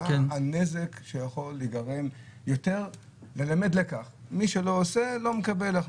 מה הנזק שיכול להיגרם יותר וללמד לקח של "מי שלא עושה לא מקבל"?